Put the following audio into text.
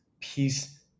peace